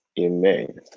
amen